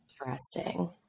interesting